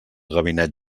gabinet